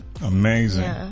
Amazing